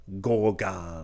Gorgon